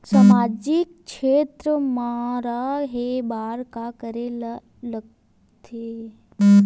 सामाजिक क्षेत्र मा रा हे बार का करे ला लग थे